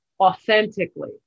authentically